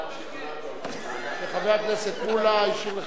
חבר הכנסת מולה השאיר לך דקה, אז יש לך ארבע דקות.